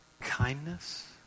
kindness